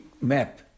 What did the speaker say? map